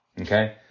Okay